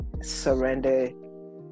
surrender